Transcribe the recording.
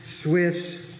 Swiss